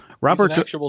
robert